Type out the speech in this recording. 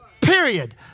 period